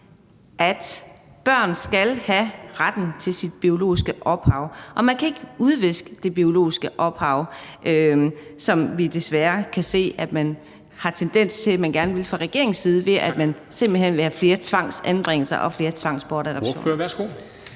at børn skal have retten til at have deres biologiske ophav? Man kan ikke udviske det biologiske ophav, som vi desværre kan se, at man fra regeringens side har tendens til at ville gøre, ved at man simpelt hen vil have flere tvangsanbringelser og flere tvangsbortadoptioner.